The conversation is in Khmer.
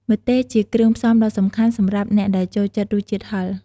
ម្ទេសជាគ្រឿងផ្សំដ៏សំខាន់សម្រាប់អ្នកដែលចូលចិត្តរសជាតិហឹរ។